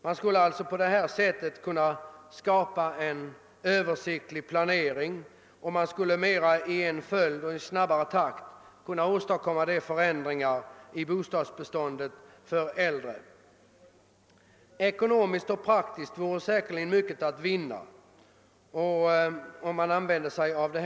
Man skulle på detta sätt kunna skapa en översiktlig planering, och man skulle kunna mera i en följd och i snabbare takt åstadkomma de förändringar i bostadsbeståndet för äldre människor som är önskvärda. Både ekonomiskt och praktiskt vore säkerligen mycket att vinna på detta förfarande.